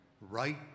right